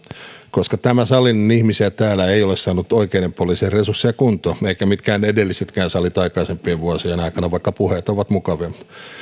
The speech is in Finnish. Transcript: koska tämä salillinen ihmisiä täällä ei ole saanut oikeiden poliisien resursseja kuntoon eivätkä mitkään edellisetkään salit aikaisempien vuosien aikana vaikka puheet ovat mukavia